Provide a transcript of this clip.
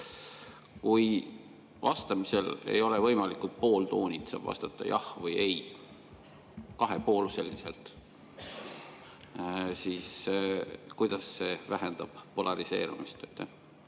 Kui vastamisel ei ole võimalikud pooltoonid, saab vastata jah või ei, kahepoolselt, siis kuidas see vähendab polariseerumist?